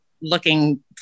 looking